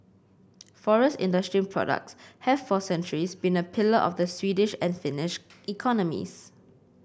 forest industry products have for centuries been a pillar of the Swedish and Finnish economies